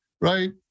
right